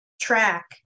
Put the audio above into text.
track